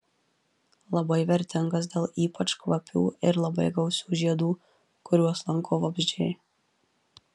labai vertingas dėl ypač kvapių ir labai gausių žiedų kuriuos lanko vabzdžiai